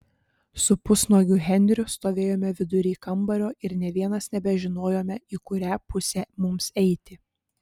su pusnuogiu henriu stovėjome vidury kambario ir nė vienas nebežinojome į kurią pusę mums eiti